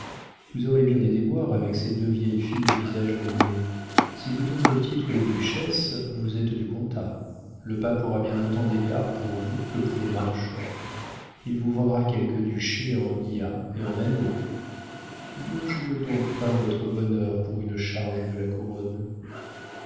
vous aurez bien des déboires avec ces deux vieilles filles à visage laminé si vous tenez au titre de duchesse vous êtes du comtat le pape aura bien autant d'égards pour vous que pour des marchands il vous vendra quelque duché en nia ou en agno ne jouez donc pas votre bonheur pour une charge de la couronne